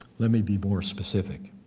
let me be more specific.